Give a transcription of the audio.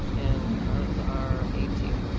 and, ours are eighteen.